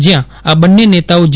જયાં આ બંને નેતાઓ જે